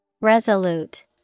Resolute